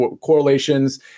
correlations